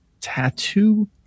tattoo